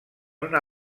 una